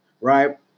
Right